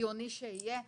שהגיוני שיהיה.